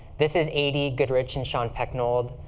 this is adi goodrich and sean pecknold.